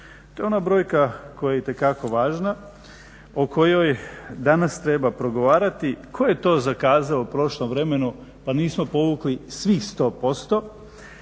To je ona brojka koja je itekako važna o kojoj danas treba progovarati, tko je to zakazao u prošlom vremenu pa nismo povukli svih 100%,